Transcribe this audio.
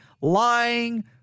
lying